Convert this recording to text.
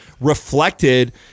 reflected